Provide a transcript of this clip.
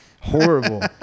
Horrible